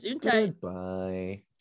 Goodbye